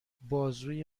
بازوی